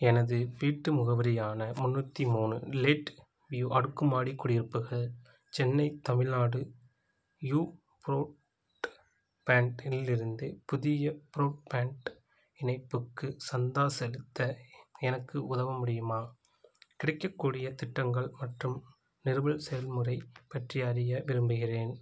எனது வீட்டு முகவரியான முந்நூற்றி மூணு லேட்வ்யூ அடுக்குமாடி குடியிருப்புகள் சென்னை தமிழ்நாடு யூ ப்ராட்பேண்ட்டில் இருந்து புதிய ப்ரோட்பேண்ட் இணைப்புக்கு சந்தா செலுத்த எனக்கு உதவ முடியுமா கிடைக்கக்கூடிய திட்டங்கள் மற்றும் நிறுவல் செயல்முறைப் பற்றி அறிய விரும்புகிறேன்